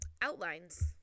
outlines